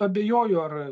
abejoju ar